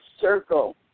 circle